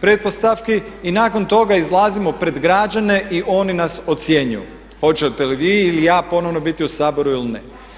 pretpostavki i nakon toga izlazimo pred građane i oni nas ocjenjuju hoćete li vi ili ja ponovno biti u Saboru ili ne.